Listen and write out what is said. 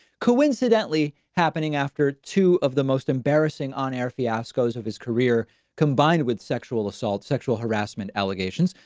coincidentally happening after two of the most embarrassing on air fiasco of his career combined with sexual assault, sexual harassment allegations.